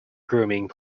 grooming